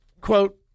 quote